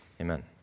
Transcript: Amen